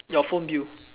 your phone bill